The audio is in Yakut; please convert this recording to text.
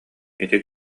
ити